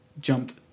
jumped